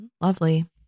lovely